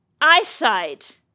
eyesight